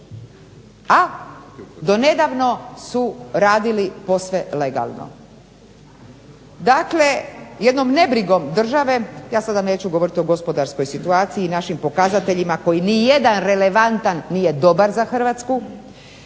a donedavno su radili posve legalno. Dakle jednom nebrigom države, ja sada neću govoriti o gospodarskoj situaciji i našim pokazateljima koji nijedan relevantan nije dobar za Hrvatsku.